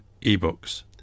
ebooks